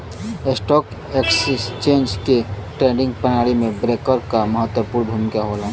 stock exchange के trading प्रणाली में ब्रोकर क महत्वपूर्ण भूमिका होला